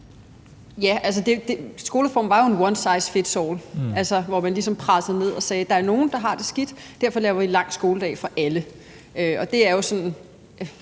Skolereformen var jo en one size fits all, hvor man ligesom pressede det ned og sagde, at der er nogen, der har det skidt, og derfor laver vi en lang skoledag for alle. Det er jo sådan